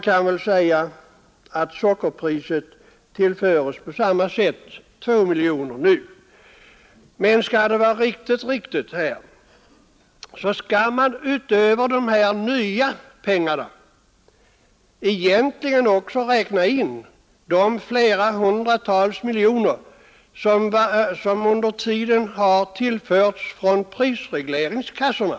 Och på samma sätt tillföres sockerpriset 2 miljoner kronor. Men om det skall vara helt riktigt, skall man utöver dessa nya pengar egentligen också räkna in de flera hundratal miljoner som under tiden har kommit från prisregleringskassorna.